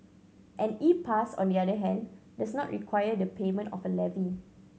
an E Pass on the other hand does not require the payment of a levy